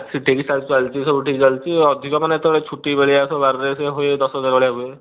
ଠିକ ଠାକ ଚାଲିଛି ସବୁ ଠିକ୍ ଚାଲିଛି ଅଧିକ ମାନେ ଯେତେବେଳେ ଛୁଟି ଭଳିଆ ବାରରେ ସେ ହୁଏ ଦଶ ହଜାର ଭଳିଆ ହୁଏ